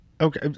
Okay